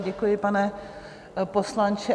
Děkuji, pane poslanče.